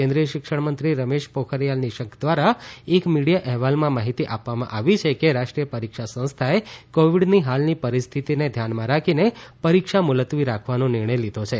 કેન્દ્રીય શિક્ષણ મંત્રી રમેશ પોખરીયલ નિશંક દ્વારા એક મીડિયા અહેવાલમાં માહિતી આપવામાં આવી છે કે રાષ્ટ્રીય પરીક્ષા સંસ્થાએ કોવિડની હાલની પરિસ્થિતિને ધ્યાનમાં રાખીને પરીક્ષા મુલતવી રાખવાનો નિર્ણય લીધો છે